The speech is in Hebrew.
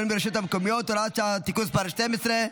ברשויות המקומיות (הוראת שעה) (תיקון מס' 12),